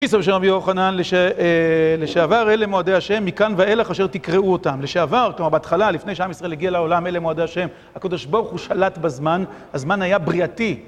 פיסו בשם אבי יוחנן, לשעבר אלה מועדי השם, מכאן ואילך אשר תקראו אותם. לשעבר, כלומר בהתחלה, לפני שעם ישראל הגיע לעולם, אלה מועדי השם. הקודש בו הוא שלט בזמן, הזמן היה בריאתי.